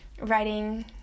writing